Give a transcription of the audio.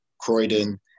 Croydon